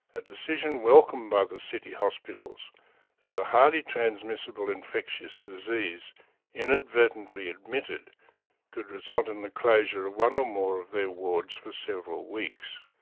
a decision welcomed by the city hospitals as a highly transmissible infectious disease inadvertently admitted could result in the closure of one or more of their wards for several weeks.